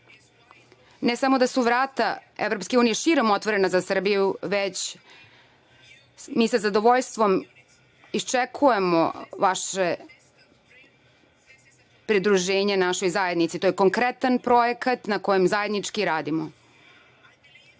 EU.Ne samo da su vrata EU širom otvorena za Srbiju, već mi sa zadovoljstvom iščekujemo vaše pridruženje našoj zajednici, jer to je konkretan projekat na kome zajednički radimo. Verujem